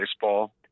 baseball